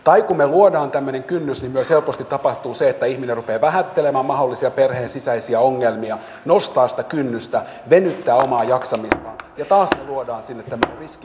tai kun me luomme tämmöisen kynnyksen niin myös helposti tapahtuu se että ihminen rupeaa vähättelemään mahdollisia perheen sisäisiä ongelmia nostaa sitä kynnystä venyttää omaa jaksamistaan ja taas me luomme sinne tämmöisen riskityhjiön